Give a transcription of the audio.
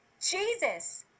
Jesus